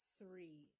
three